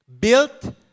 built